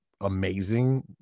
amazing